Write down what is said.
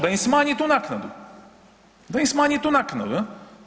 Da im smanji tu naknadu, da im smanji tu naknadu, jel.